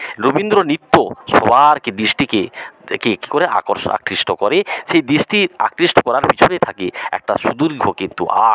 রবীন্দ্র নৃত্য সবার কি দৃষ্টিকে কে কী করে আকর্ষ আকৃষ্ট করে সেই দৃষ্টির আকৃষ্ট করার পিছনে থাকে একটা সুদীর্ঘ কিন্তু আর্ট